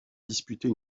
disputer